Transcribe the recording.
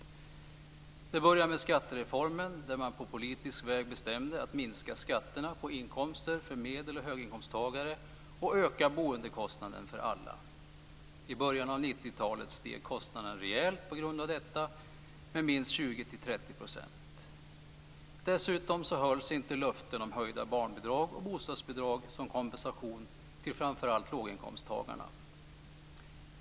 Det började med skattereformen, där man på politisk väg bestämde att minska skatterna på inkomster för medel och höginkomsttagare och öka boendekostnaden för alla. I början av 90-talet steg kostnaden rejält på grund av detta med minst 20-30 %. Dessutom hölls inte löften om höjda barnbidrag och bostadsbidrag som kompensation till framför allt låginkomsttagarna.